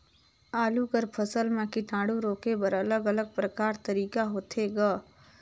आलू कर फसल म कीटाणु रोके बर अलग अलग प्रकार तरीका होथे ग?